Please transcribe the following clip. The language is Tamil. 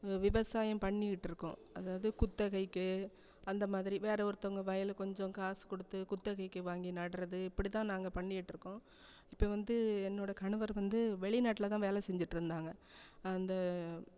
வி விவசாயம் பண்ணிக்கிட்டிருக்கோம் அதாவது குத்தகைக்கு அந்தமாதிரி வேறு ஒருத்தவங்கள் வயலை கொஞ்சம் காசு கொடுத்து குத்தகைக்கு வாங்கி நடுறது இப்படிதான் நாங்கள் பண்ணிக்கிட்டிருக்கோம் இப்போ வந்து என்னோடய கணவர் வந்து வெளிநாட்டில்தான் வேலை செஞ்சுட்ருந்தாங்க அந்த